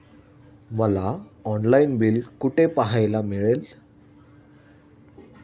मला online bill कुठे पाहायला मिळेल?